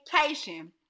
vacation